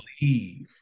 believe